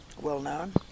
Well-known